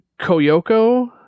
Koyoko